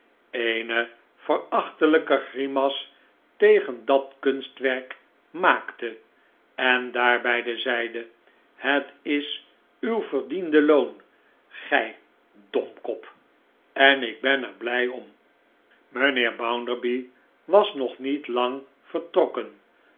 eene verachtelijke grimas tegen dat kunstwerk maakte en daarbij zeide het is uw verdiende loon gij domkop en ik ben er blij om mijnheer bounderby was nog niet lang vertrokken